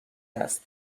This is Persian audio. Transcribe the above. است